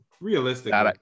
Realistically